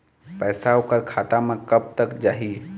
पैसा ओकर खाता म कब तक जाही?